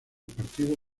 partido